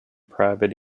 private